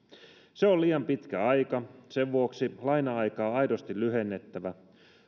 se on liian pitkä aika sen vuoksi laina aikaa on aidosti lyhennettävä